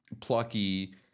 plucky